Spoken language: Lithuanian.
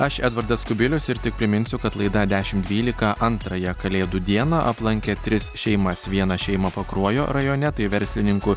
aš edvardas kubilius ir tik priminsiu kad laida dešimt dvylika antrąją kalėdų dieną aplankė tris šeimas vieną šeimą pakruojo rajone tai verslininkų